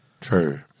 true